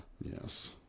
yes